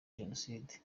jenoside